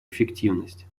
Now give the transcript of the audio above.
эффективность